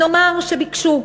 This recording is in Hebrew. נאמר שביקשו,